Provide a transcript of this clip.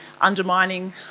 undermining